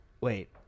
wait